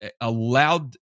allowed